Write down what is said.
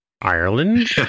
Ireland